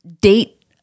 date